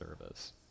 service